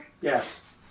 Yes